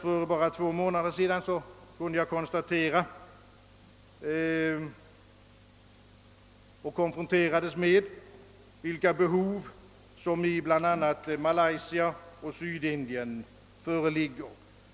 För endast två månader sedan konfronterades jag med de behov som föreligger i bl.a. Malaysia och Sydindien.